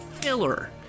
filler